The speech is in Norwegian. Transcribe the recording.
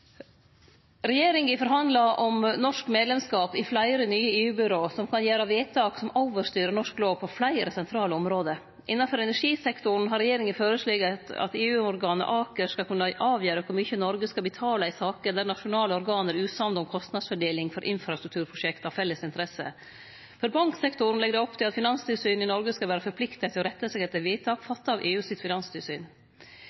Regjeringa forhandlar om norsk medlemskap i fleire nye EU-byrå som kan gjere vedtak som overstyrer norsk lov på fleire sentrale område. Innanfor energisektoren har regjeringa føreslege at EU-organet ACER skal kunne avgjere kor mykje Noreg skal betale i saker der nasjonale organ er usamde om kostnadsfordeling for infrastrukturprosjekt av felles interesse. For banksektoren legg dei opp til at Finanstilsynet i Noreg skal vere forplikta til å rette seg etter vedtak